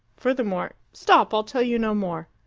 furthermore stop! i'll tell you no more.